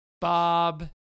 Bob